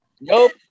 Nope